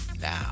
Now